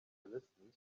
listened